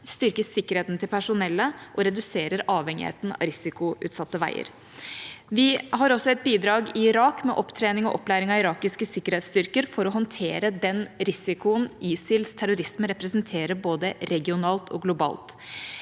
styrker sikkerheten til personellet og reduserer avhengigheten av risikoutsatte veier. Vi har også et bidrag i Irak med opptrening og opplæring av irakiske sikkerhetsstyrker, for å håndtere den risikoen ISILs terrorisme representerer, både regionalt og globalt.